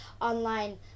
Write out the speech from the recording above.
online